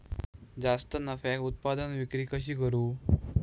जास्त नफ्याक उत्पादन विक्री कशी करू?